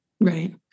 Right